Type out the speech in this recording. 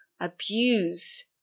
abuse